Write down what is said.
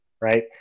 right